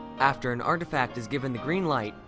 after an artifact is given the green light,